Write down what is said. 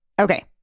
Okay